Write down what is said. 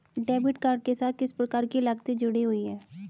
Debit card के साथ किस प्रकार की लागतें जुड़ी हुई हैं?